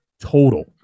total